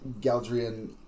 Galdrian